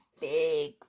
big